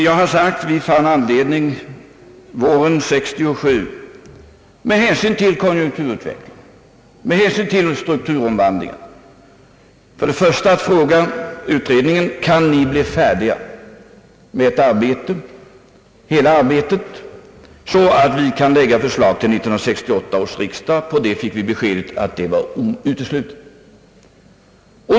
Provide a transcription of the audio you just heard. Jag har sagt att vi våren 1967 med hänsyn till konjunkturutvecklingen och med hänsyn till strukturomvandlingen fann anledning att fråga utredningen: Kan ni bli färdiga med hela arbetet så att vi kan lägga fram förslag till 1968 års riksdag. Vi fick beskedet att detta var uteslutet.